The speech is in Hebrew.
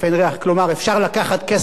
שאפשר לקחת כסף מהכול.